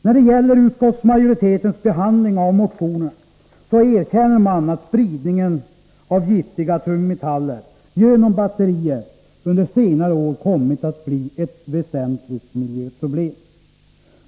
När det gäller utskottsmajoritetens behandling av motionerna erkänner man att spridningen av giftiga tungmetaller genom batterier under senare år kommit att bli ett väsentligt miljöproblem.